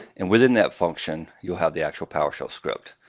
and within that function, you'll have the actual powershell script.